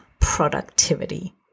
productivity